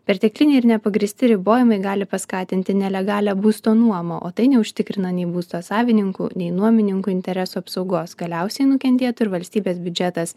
pertekliniai ir nepagrįsti ribojimai gali paskatinti nelegalią būsto nuomą o tai neužtikrina nei būsto savininkų nei nuomininkų interesų apsaugos galiausiai nukentėtų ir valstybės biudžetas